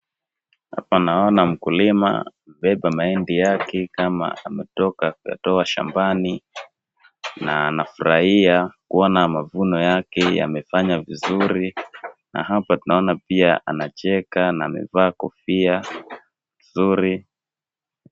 Hapa naona mkulima anabeba mahindi yake ni kama anatoa shambani na anafurahia kuona mavuno yake yamefanya vizuri na hapa tunaona pia anacheka na amevaa kofia nzuri.